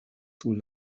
sur